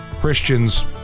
Christians